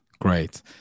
Great